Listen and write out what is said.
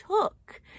took